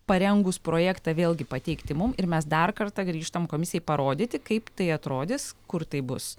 parengus projektą vėlgi pateikti mum ir mes dar kartą grįžtam komisijai parodyti kaip tai atrodys kur tai bus